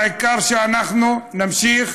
העיקר שאנחנו נמשיך,